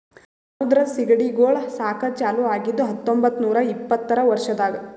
ಸಮುದ್ರದ ಸೀಗಡಿಗೊಳ್ ಸಾಕದ್ ಚಾಲೂ ಆಗಿದ್ದು ಹತೊಂಬತ್ತ ನೂರಾ ಇಪ್ಪತ್ತರ ವರ್ಷದಾಗ್